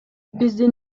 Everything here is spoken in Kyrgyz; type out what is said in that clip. биздин